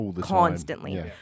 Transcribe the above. constantly